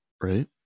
Right